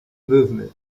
movement